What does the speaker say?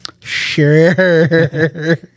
Sure